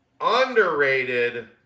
underrated